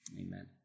Amen